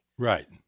Right